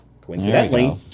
Coincidentally